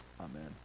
Amen